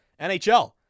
NHL